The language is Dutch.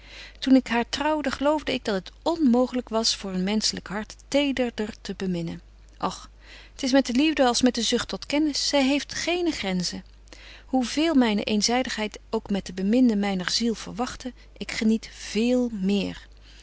toen ik haar trouwde geloofde ik dat het onmooglyk was voor een menschlyk hart tederder te beminnen och t is met de liefde als met de zucht tot kennis zy heeft geene grenzen hoe veel myne eenzydigheid ook met de beminde myner ziel verwagtte ik geniet veel méér